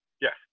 Yes